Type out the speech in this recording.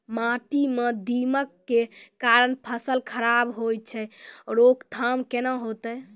माटी म दीमक के कारण फसल खराब होय छै, रोकथाम केना होतै?